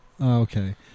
Okay